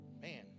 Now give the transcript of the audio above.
Man